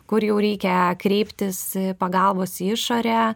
kur jau reikia kreiptis pagalbos į išorę